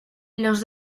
los